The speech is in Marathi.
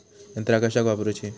यंत्रा कशाक वापुरूची?